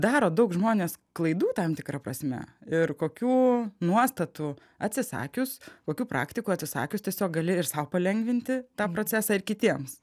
daro daug žmonės klaidų tam tikra prasme ir kokių nuostatų atsisakius kokių praktikų atsisakius tiesiog gali ir sau palengvinti tą procesą ir kitiems